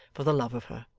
for the love of her!